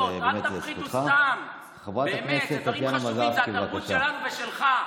חברת הכנסת טטיאנה מזרסקי, בבקשה.